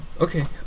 Okay